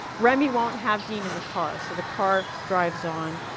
remi won't have dean in the car, so the car drives on.